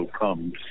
comes